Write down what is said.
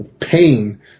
pain